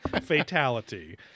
Fatality